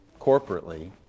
corporately